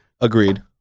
Agreed